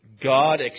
God